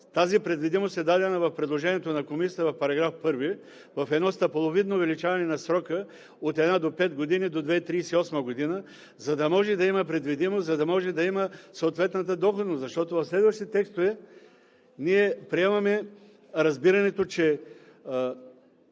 Тази предвидимост е дадена в предложението на Комисията в § 1, в едно стъпаловидно увеличаване на срока от една до пет години до 2038 г., за да може да има предвидимост, за да може да има съответната доходност, защото в следващи текстове ние приемаме разбирането, че